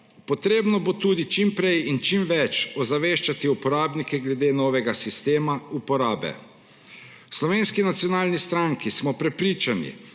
Potrebno bo tudi čim prej in čim več ozaveščati uporabnike glede novega sistema uporabe. V Slovenski nacionalni stranki smo prepričani,